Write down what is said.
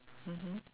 mmhmm